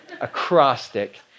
Acrostic